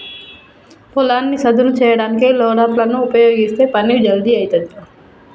పొలాన్ని సదును చేయడానికి లోడర్ లను ఉపయీగిస్తే పని జల్దీ అయితది